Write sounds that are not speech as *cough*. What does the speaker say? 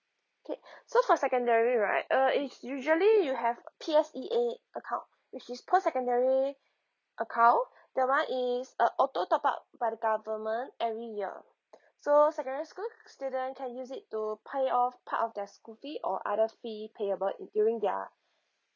okay *breath* so for secondary right uh it's usually you have P_S_E_A account which is post secondary account that one is uh auto top up by the government every year so secondary school c~ student can use it to pay off part of their school fee or other fee payable in during their